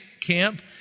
camp